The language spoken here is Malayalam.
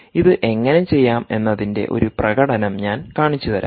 ഇത് എങ്ങനെ ചെയ്യാമെന്നതിന്റെ ഒരു പ്രകടനം ഞാൻ കാണിച്ചുതരാം